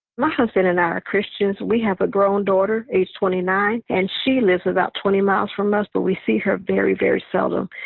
my husband and i are christians. we have a grown daughter age twenty nine. and she lives about twenty miles from us. but we see her very, very seldom.